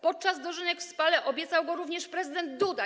Podczas dożynek w Spale obiecał to również prezydent Duda.